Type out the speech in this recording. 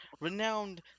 renowned